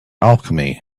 alchemy